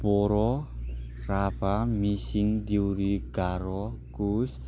बर' राभा मिसिं दिउरि गार' कस